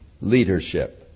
leadership